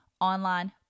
online